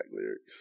lyrics